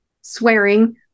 swearing